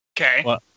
Okay